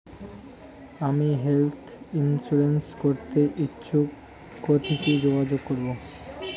আমি health insurance করতে ইচ্ছুক কথসি যোগাযোগ করবো?